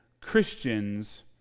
Christians